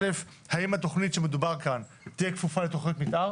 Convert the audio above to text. א' האם התכנית שמדובר כאן תהיה כפופה לתכנית מתאר